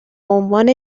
عنوان